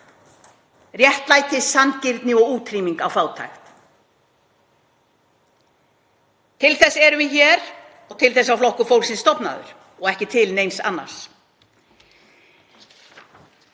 Réttlæti, sanngirni og útrýming á fátækt. Til þess erum við hér og til þess var Flokkur fólksins stofnaður og ekki til neins annars.